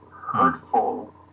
hurtful